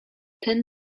ten